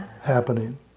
happening